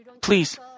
Please